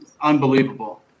unbelievable